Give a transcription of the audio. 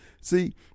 see